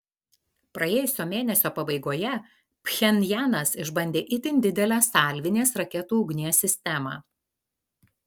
praėjusio mėnesio pabaigoje pchenjanas išbandė itin didelę salvinės raketų ugnies sistemą